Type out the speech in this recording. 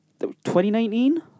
2019